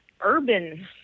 urban